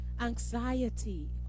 anxiety